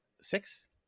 six